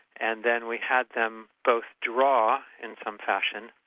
and then we had them both draw in some fashion,